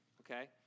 okay